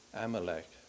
Amalek